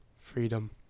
freedom